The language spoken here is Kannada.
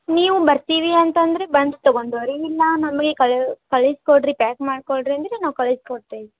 ನೀವು ಬರ್ತೀವಿ ಅಂತಂದರೆ ಬಂದು ತಗೊಂಡೋಗ್ರಿ ಇಲ್ಲ ನಮಗೆ ಕಳಿ ಕಳಿಸಿಕೊಡ್ರಿ ಪ್ಯಾಕ್ ಮಾಡ್ಕೊಡ್ರಿ ಅಂದರೆ ನಾವು ಕಳಿಸಿಕೊಡ್ತೀವಿ